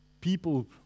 People